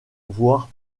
voire